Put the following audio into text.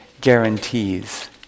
guarantees